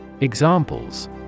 examples